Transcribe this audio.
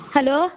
hello